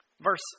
verse